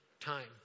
time